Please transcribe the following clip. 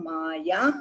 Maya